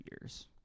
years